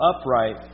upright